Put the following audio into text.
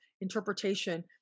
interpretation